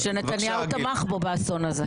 נתניהו תמך באסון הזה.